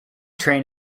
train